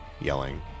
yelling